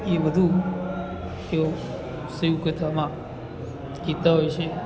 એ બધું તેઓ શિવકથામાં કહેતા હોય છે